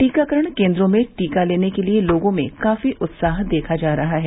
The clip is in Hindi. टीकाकरण केंद्रों में टीका लेने के लिए लोगों में काफी उत्साह देखा जा रहा है